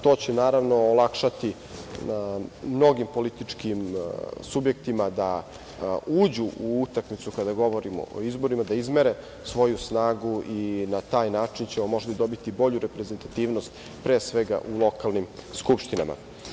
To će, naravno, olakšati mnogim političkim subjektima da uđu u utakmicu kada govorimo o izborima, da izmere svoju snagu i na taj način ćemo možda dobiti bolju reprezentativnost, pre svega u lokalnim skupštinama.